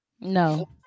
no